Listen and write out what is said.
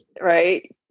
Right